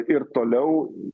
ir toliau